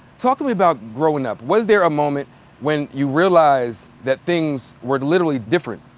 talk to me about growing up. was there a moment when you realized that things were literally different,